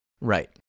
right